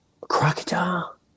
Crocodile